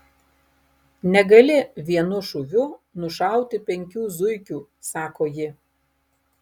negali vienu šūviu nušauti penkių zuikių sako ji